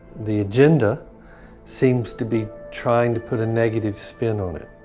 the agenda seems to be trying to put a negative spin on it.